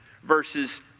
verses